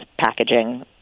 packaging